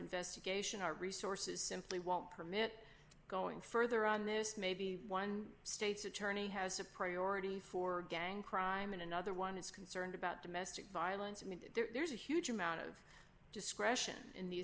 investigation our resources simply won't permit going further on this maybe one state's attorney has a priority for gang crime and another one is concerned about domestic violence and there's a huge amount of discretion in the